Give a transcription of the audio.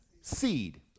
seed